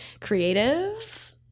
creative